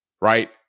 Right